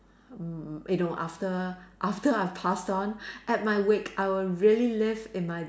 mm you know after after I've passed on at my wake I would really leave in my